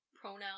pronoun